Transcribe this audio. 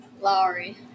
Lowry